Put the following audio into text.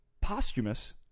posthumous